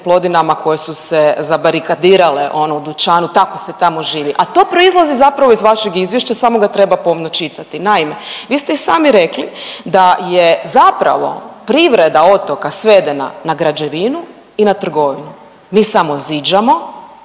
Plodinama koje su se zabarikadirale ono u dućanu tako se tamo živi, a to proizlazi zapravo iz vašeg izvješća samo ga treba pomno čitati. Naime, vi ste i sami rekli da je zapravo privreda otoka svedena na građevinu i na trgovinu. Mi samo ziđamo